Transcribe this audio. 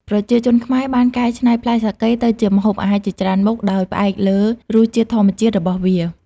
ប្រជាជនខ្មែរបានកែច្នៃផ្លែសាកេទៅជាម្ហូបអាហារជាច្រើនមុខ ដោយផ្អែកលើរសជាតិធម្មជាតិរបស់វា។